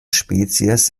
spezies